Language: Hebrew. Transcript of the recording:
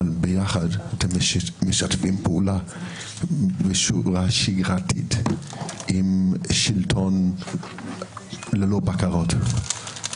אבל ביחד אתם משתפים עם משלוש --- עם שלטון ללא בקרות.